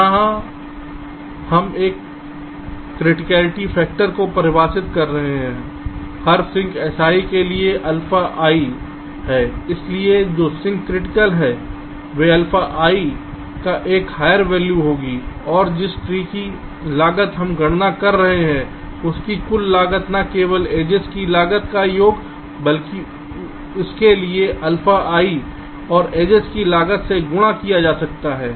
यहां हम एक क्रिटीकेलिटी फैक्टर को परिभाषित कर रहे हैं हर सिंक si के लिए अल्फा आई हैं इसलिए जो सिंक क्रिटिकल हैं वे अल्फा आई का एक हायर वैल्यू होगी और जिस ट्री की लागत हम गणना कर रहे हैं उसकी कुल लागत न केवल एजेस की लागत का योग बल्कि इसके लिए अल्फा आई को एजेस की लागत से गुणा किया जाता है